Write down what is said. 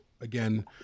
Again